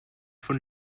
von